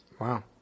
Wow